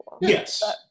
Yes